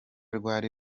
rwari